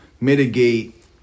mitigate